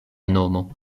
nomo